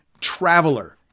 traveler